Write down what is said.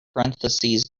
parentheses